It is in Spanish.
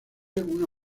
una